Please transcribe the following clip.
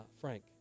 Frank